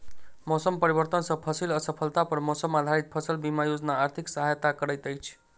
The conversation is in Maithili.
मौसम परिवर्तन सॅ फसिल असफलता पर मौसम आधारित फसल बीमा योजना आर्थिक सहायता करैत अछि